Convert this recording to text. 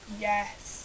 Yes